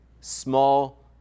small